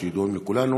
וידוע לכולנו